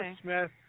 Smith